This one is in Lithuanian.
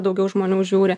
daugiau žmonių žiūri